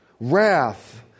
wrath